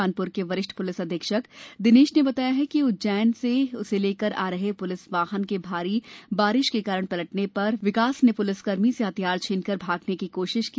कानपुर के वरिष्ठ पुलिस अधीक्षक दिनेश ने बताया कि उज्जैन से उसे लेकर आ रहे पुलिस वाहन के भारी बारिश के कारण पलटने पर विकास ने पुलिसकर्मी से हथियार छीनकर भागने की कोशिश की